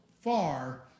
far